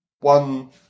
one